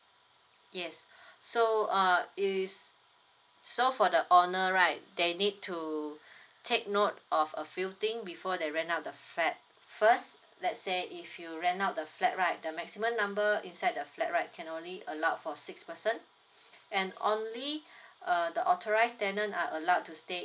yes so uh it's so for the owner right they need to take note of a few things before they rent out the flat first let's say if you rent out the flat right the maximum number inside the flat right can only allowed for six person and only uh the authorised tenants are allowed to stay